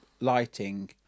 lighting